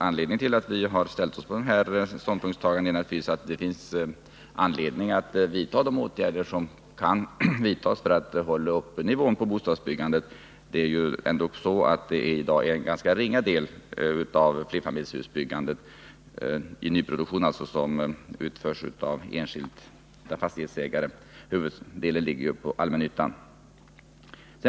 Anledningen till att vi intagit denna ståndpunkt är naturligtvis att det finns skäl att vidta de åtgärder som kan vidtas för att hålla nivån i bostadsbyggandet uppe. I dag är det dock en ganska ringa del av flerfamiljshusbyggandet som i nyproduktionen utförs av enskilda fastighetsägare. Huvuddelen ligger ju på allmännyttan.